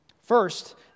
First